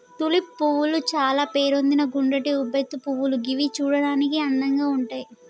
tulip పువ్వులు చాల పేరొందిన గుండ్రటి ఉబ్బెత్తు పువ్వులు గివి చూడడానికి అందంగా ఉంటయ్